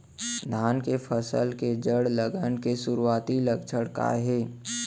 धान के फसल के जड़ गलन के शुरुआती लक्षण का हे?